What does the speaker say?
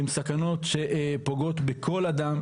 הן סכנות שפוגעות בכל אדם,